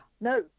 No